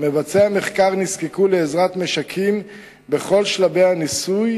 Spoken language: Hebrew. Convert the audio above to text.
מבצעי המחקר נזקקו לעזרת משקים בכל שלבי הניסוי,